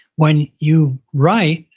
when you write,